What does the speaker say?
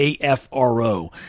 AFRO